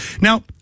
Now